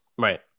Right